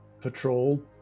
patrol